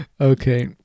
Okay